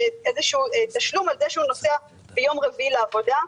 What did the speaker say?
תשלום על זה שנוסע ביום רביעי לעבודה.